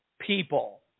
people